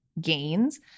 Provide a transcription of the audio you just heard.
gains